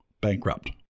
bankrupt